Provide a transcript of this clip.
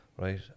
right